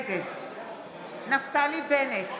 נגד נפתלי בנט,